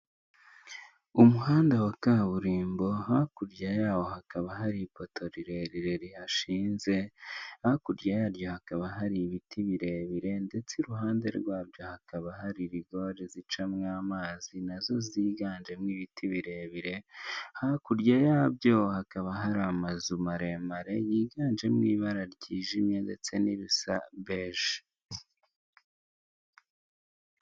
Umuhanda wa kaburimbo hakurya yawo hakaba hari ipoto rirerire rihashinze, hakurya yaryo hakaba hari ibiti birebire ndetse iruhande rwabyo hakaba hari rigore zicamo amazi nazo ziganjemo ibiti birebire, hakurya yabyo hakaba hari amazu maremare yiganjemo ibara ryijimye ndetse n'irisa beje.